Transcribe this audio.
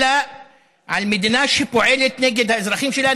אלא על מדינה שפועלת נגד האזרחים שלה,